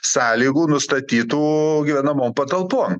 sąlygų nustatytų gyvenamom patalpom